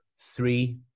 three